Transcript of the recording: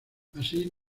así